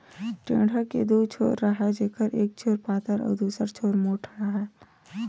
टेंड़ा के दू छोर राहय जेखर एक छोर पातर अउ दूसर छोर मोंठ राहय